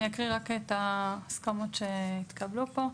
אני אקריא רק את ההסכמות שהתקבלו פה: